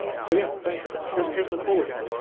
so yeah, thank you, here's here's nicole again.